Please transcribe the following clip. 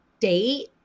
date